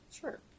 Sure